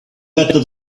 better